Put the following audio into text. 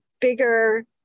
bigger